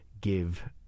give